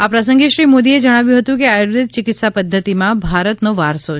આ પ્રસંગે શ્રી મોદીએ જણાવ્યું હતું કે આયુર્વેદ ચિકિત્સા પદ્વતિમાં ભારતનો વારસો છે